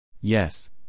Yes